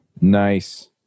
Nice